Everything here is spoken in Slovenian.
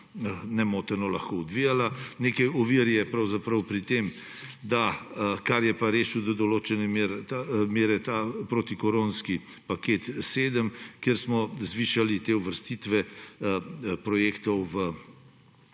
nemoteno lahko odvijala. Nekaj ovir je pravzaprav pri tem, kar je pa rešil do določene mere ta protikoronski paket 7, kjer smo te uvrstitve projektov,